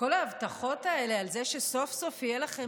גם שלילת אזרחות למחבלים, שברחת מלהצביע לה.